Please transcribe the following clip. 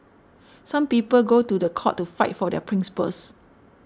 some people go to the court to fight for their principles